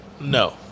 No